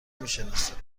میشناسید